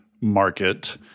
market